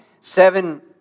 Seven